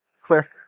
Clear